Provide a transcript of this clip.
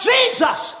Jesus